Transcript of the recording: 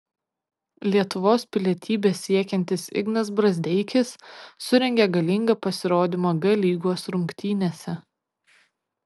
lietuvos pilietybės siekiantis ignas brazdeikis surengė galingą pasirodymą g lygos rungtynėse